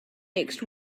next